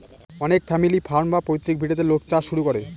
অনেক family farm বা পৈতৃক ভিটেতে লোক চাষ শুরু করে